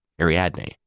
Ariadne